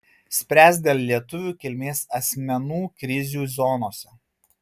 spręs dėl lietuvių kilmės asmenų krizių zonose